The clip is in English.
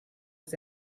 was